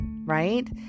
right